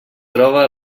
troba